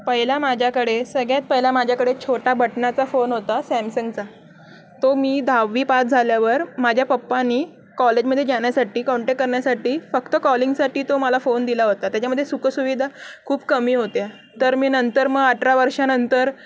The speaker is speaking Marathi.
पहिला माझ्याकडे सगळ्यात पहिला माझ्याकडे छोटा बटणाचा फोन होता सॅमसंगचा तो मी दहावी पास झाल्यावर माझ्या पप्पानी कॉलेजमध्ये घ्यान्यासाठी कॉन्टॅक करण्यासाठी फक्त कॉलिंगसाठी तो मला फोन दिला होता त्याच्यामध्ये सुखसुविधा खूप कमी होत्या तर मी नंतर मग अठरा वर्षानंतर